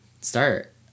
Start